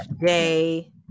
day